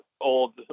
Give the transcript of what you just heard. old